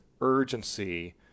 urgency